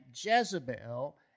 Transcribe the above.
Jezebel